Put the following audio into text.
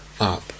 up